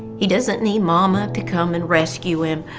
he doesn't need momma to come and rescue him,